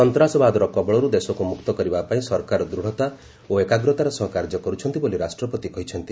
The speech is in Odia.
ସନ୍ତାସବାଦର କବଳରୁ ଦେଶକୁ ମୁକ୍ତ କରିବାପାଇଁ ସରକାର ଦୂଢ଼ତା ଓ ଏକାଗ୍ରତାର ସହ କାର୍ଯ୍ୟ କରୁଛନ୍ତି ବୋଲି ରାଷ୍ଟ୍ରପତି କହିଛନ୍ତି